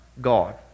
god